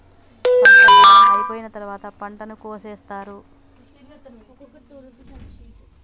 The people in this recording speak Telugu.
పంట కాలం అయిపోయిన తరువాత పంటను కోసేత్తారు